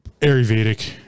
Ayurvedic